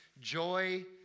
joy